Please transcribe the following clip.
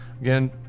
Again